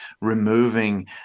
removing